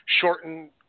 shortened